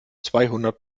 zweihundert